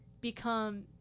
become